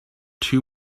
two